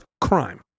crime